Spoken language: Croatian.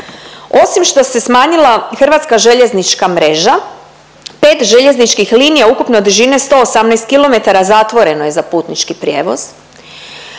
Osim što se smanjila hrvatska željeznička mreža pet željezničkih linija ukupne dužine 118 kilometara zatvoreno je za putnički prijevoz,